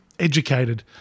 Educated